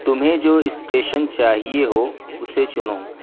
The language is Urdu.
تمہیں جو اسٹیشن چاہیے ہو اسے چنو